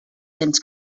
cents